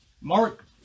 Mark